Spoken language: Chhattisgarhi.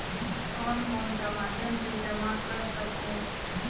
कौन कौन सा माध्यम से जमा कर सखहू?